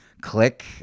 click